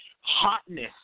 Hotness